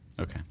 okay